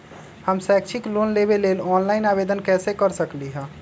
हम शैक्षिक लोन लेबे लेल ऑनलाइन आवेदन कैसे कर सकली ह?